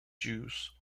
jews